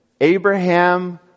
Abraham